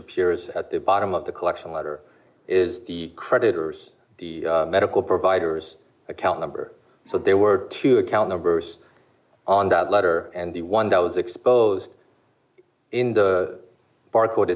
appears at the bottom of the collection letter is the creditors the medical providers account number so there were two account numbers on the letter and the one that was exposed in the barcode